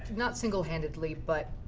not single-handedley, but